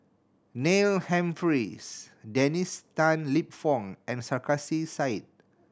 Neil Humphreys Dennis Tan Lip Fong and Sarkasi Said